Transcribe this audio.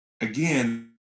again